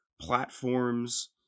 platforms